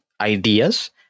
ideas